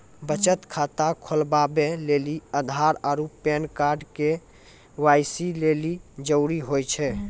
बचत खाता खोलबाबै लेली आधार आरू पैन कार्ड के.वाइ.सी लेली जरूरी होय छै